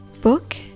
book